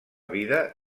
vida